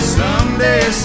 someday